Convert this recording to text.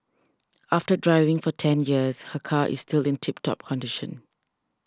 after driving for ten years her car is still in tip top condition